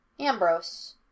Ambrose